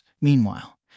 Meanwhile